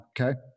okay